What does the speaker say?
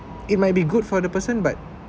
it might be good for the person but